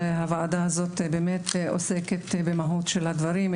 הוועדה הזאת באמת עוסקת במהות של הדברים.